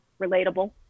relatable